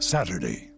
Saturday